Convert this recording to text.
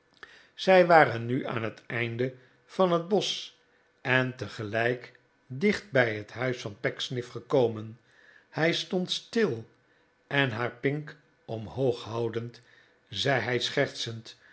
zij waren nu aan het einde van het bosch en tegelijk dicht bij het huis van pecksniff gekomen hij stond stil en haar pink omhoog houdend zei hij schertsend